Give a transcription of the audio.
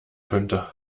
könnte